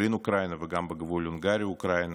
פולין-אוקראינה וגם בגבול הונגריה-אוקראינה,